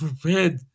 prepared